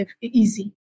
easy